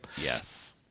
Yes